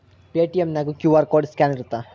Paytm ನ್ಯಾಗು QR code scan ಇರತ್ತ